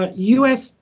but u s.